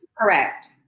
Correct